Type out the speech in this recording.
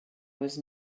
was